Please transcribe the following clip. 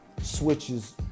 switches